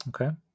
Okay